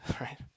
right